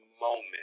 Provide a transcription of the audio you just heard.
moment